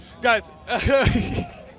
guys